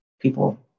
people